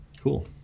cool